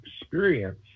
experience